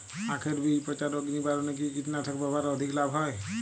আঁখের বীজ পচা রোগ নিবারণে কি কীটনাশক ব্যবহারে অধিক লাভ হয়?